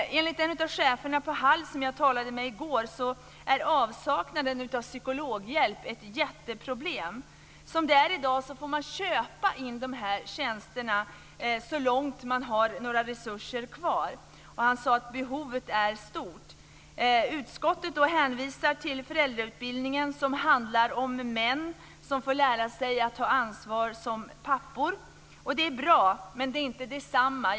Enligt en av de chefer på Hall som jag i går talade med är avsaknaden av psykologhjälp ett jätteproblem. Som det är i dag får man köpa in de här tjänsterna så långt det finns resurser kvar. Han sade att behovet är stort. Utskottet hänvisar till föräldrautbildningen, som handlar om män som får lära sig att ta ansvar som pappor. Det är bra men det är inte samma sak.